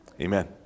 Amen